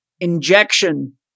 injection